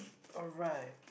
alright